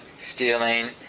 stealing